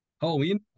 Halloween